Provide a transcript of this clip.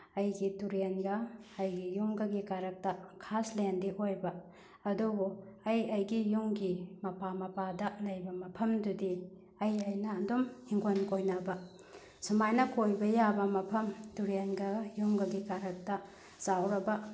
ꯑꯩꯒꯤ ꯇꯨꯔꯦꯟꯒ ꯑꯩꯒꯤ ꯌꯨꯝꯒꯒꯤ ꯀꯥꯔꯛꯇ ꯈꯥꯁ ꯂꯦꯟꯗꯤ ꯑꯣꯏꯕ ꯑꯗꯨꯕꯨ ꯑꯩ ꯑꯩꯒꯤ ꯌꯨꯝꯒꯤ ꯃꯄꯥ ꯃꯄꯥꯗ ꯂꯩꯕ ꯃꯐꯝꯗꯨꯗꯤ ꯑꯩ ꯑꯩꯅ ꯑꯗꯨꯝ ꯏꯪꯈꯣꯟ ꯀꯣꯏꯅꯕ ꯁꯨꯃꯥꯏꯅ ꯀꯣꯏꯕ ꯌꯥꯕ ꯃꯐꯝ ꯇꯨꯔꯦꯟꯒ ꯌꯨꯝꯒꯒꯤ ꯀꯥꯔꯛꯇ ꯆꯥꯎꯔꯕ